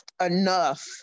enough